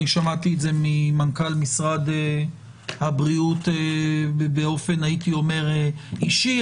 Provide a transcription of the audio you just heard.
אני שמעתי את זה ממנכ"ל משרד הבריאות באופן הייתי אומר אישי,